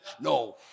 No